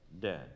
dead